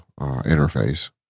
interface